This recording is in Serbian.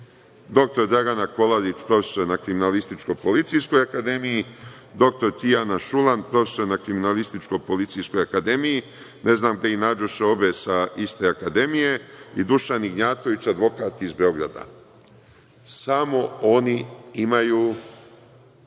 dr Dragana Kolarić na Kriminalističko-policijskoj akademiji, dr Tijana Šulan, profesor na Kriminalističko-policijskoj akademiji, ne znam gde ih nađoše obe sa iste akademije i Dušan Ignjatović, advokat iz Beograda. Samo oni imaju